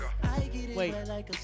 Wait